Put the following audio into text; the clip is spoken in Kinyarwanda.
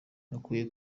ukwiye